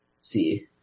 see